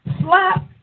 Slap